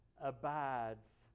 abides